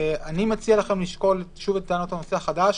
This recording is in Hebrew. אני מציע לכם לשקול שוב את טענות הנושא החדש.